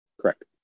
Correct